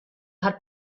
hat